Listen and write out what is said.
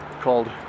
called